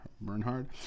Bernhard